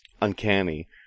uncanny